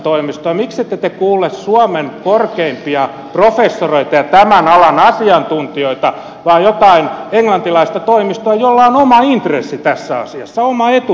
miksette te kuule suomen korkeimpia professoreita ja tämän alan asiantuntijoita vaan jotain englantilaista toimistoa jolla on oma intressi tässä asiassa oma etu tässä asiassa